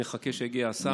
נחכה שיגיע השר,